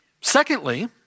Secondly